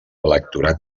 electorat